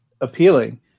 appealing